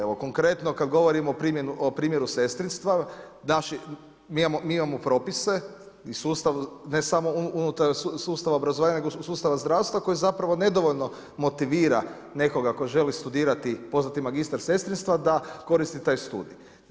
Evo konkretno kad govorimo o primjeru sestrinstva, naši, mi imamo propise i sustav ne samo unutar sustava obrazovanja nego sustava zdravstva koji zapravo nedovoljno motivira nekoga tko želi studirati poznati magistar sestrinstva da koristi taj studij.